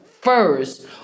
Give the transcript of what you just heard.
first